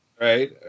right